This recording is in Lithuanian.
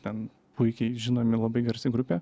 ten puikiai žinomi labai garsi grupė